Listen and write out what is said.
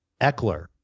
Eckler